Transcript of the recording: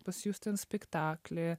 pas jus ten spektaklė